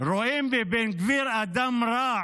רואים בבן גביר אדם רע